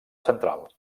central